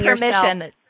permission